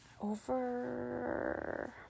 over